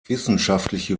wissenschaftliche